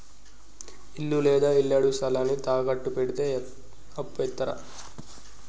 ఇల్లు లేదా ఇళ్లడుగు స్థలాన్ని తాకట్టు పెడితే అప్పు ఇత్తరా?